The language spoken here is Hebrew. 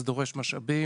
זה דורש משאבים.